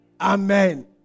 Amen